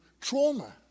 trauma